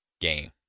game